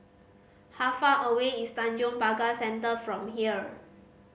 how far away is Tanjong Pagar Centre from here